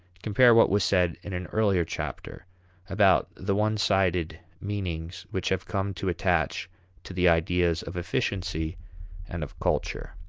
compare what was said in an earlier chapter about the one-sided meanings which have come to attach to the ideas of efficiency and of culture.